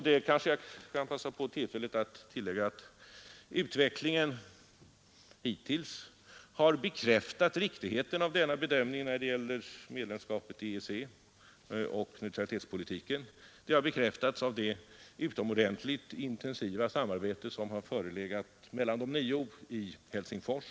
Jag kanske kan passa på tillfället att tillägga att utvecklingen hittills har bekräftat riktigheten av denna bedömning när det gäller medlemskapet i EEC och neutralitetspolitiken. Jag syftar på det utomordentligt intensiva utrikespolitiska samarbete som förelegat mellan de nio i Helsingfors.